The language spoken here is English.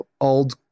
old